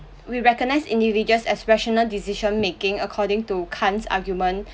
we recognise individuals as rational decision making according to kant's argument